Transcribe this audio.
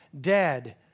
dead